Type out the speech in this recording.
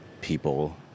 people